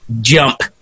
jump